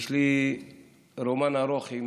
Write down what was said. יש לי רומן ארוך עם